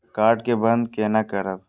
Card के बन्द केना करब?